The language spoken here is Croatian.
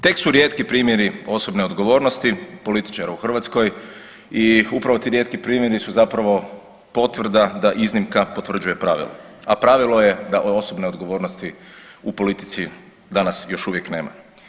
Tek su rijetki primjeri osobne odgovornosti političara u Hrvatskoj i upravo ti rijetki primjeri su zapravo potvrda da iznimka potvrđuje pravilo, a pravilo je da osobne odgovornosti u politici danas još uvijek nema.